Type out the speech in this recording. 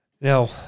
Now